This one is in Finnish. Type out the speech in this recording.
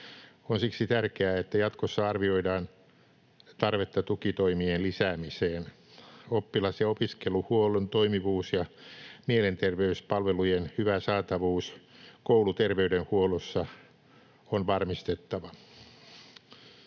On siksi tärkeää, että jatkossa arvioidaan tarvetta tukitoimien lisäämiseen. Oppilas‑ ja opiskeluhuollon toimivuus ja mielenterveyspalvelujen hyvä saatavuus kouluterveydenhuollossa on varmistettava.